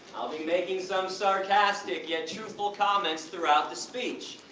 i'll be making some sarcastic, yet truthful comments throughout the speech.